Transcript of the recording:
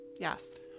Yes